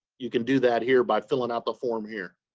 you can do that here by filling out the form here.